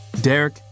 Derek